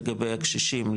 לגבי הקשישים,